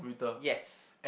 yes